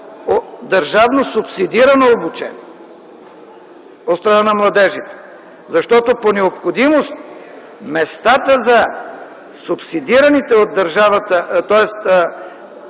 държавно субсидирано обучение от страна на младежите. Защото по необходимост субсидираните от държавата